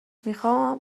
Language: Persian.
میخوام